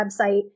website